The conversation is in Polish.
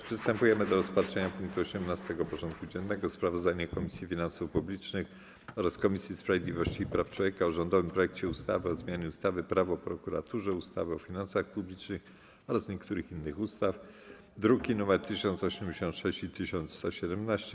Przystępujemy do rozpatrzenia punktu 18. porządku dziennego: Sprawozdanie Komisji Finansów Publicznych oraz Komisji Sprawiedliwości i Praw Człowieka o rządowym projekcie ustawy o zmianie ustawy - Prawo o prokuraturze, ustawy o finansach publicznych oraz niektórych innych ustaw (druki nr 1086 i 1117)